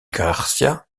garcía